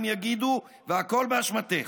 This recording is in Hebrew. הם יגידו,/ והכול באשמתך!